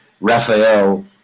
Raphael